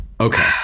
okay